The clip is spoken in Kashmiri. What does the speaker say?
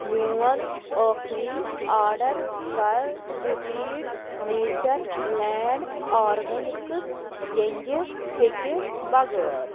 میٛون ٲخری آرڈر کَر رِپیٖٹ نیچر لینٛڈ آرگینِکٕس ینٛگہٕ پھٮ۪کہِ بَغٲر